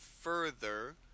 further